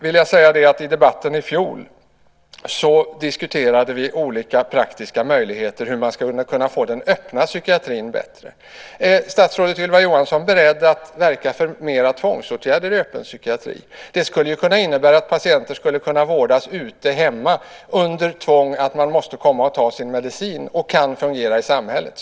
I debatten i fjol diskuterade vi olika praktiska möjligheter om hur man skulle kunna få den öppna psykiatrin bättre. Är statsrådet Ylva Johansson beredd att verka för mera tvångsåtgärder i öppen psykiatri? Det skulle kunna innebära att patienter skulle kunna vårdas ute - hemma - under tvång att man kommer och tar sin medicin och kunna fungera i samhället.